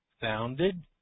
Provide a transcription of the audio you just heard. founded